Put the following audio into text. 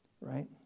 right